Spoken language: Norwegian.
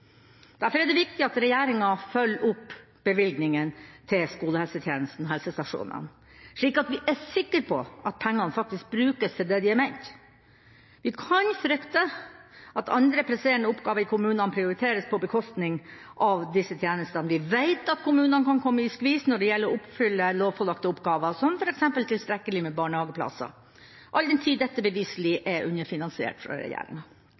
Derfor er det viktig at regjeringa følger opp bevilgninger til skolehelsetjenesten og helsestasjonene, slik at vi er sikker på at pengene faktisk brukes til det de er ment. Vi kan frykte at andre presserende oppgaver i kommunene prioriteres på bekostning av disse tjenestene. Vi veit at kommunene kan komme i skvis når det gjelder å oppfylle lovpålagte oppgaver som f.eks. tilstrekkelig med barnehageplasser, all den tid dette beviselig er underfinansiert fra regjeringa.